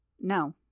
No